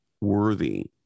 worthy